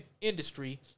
industry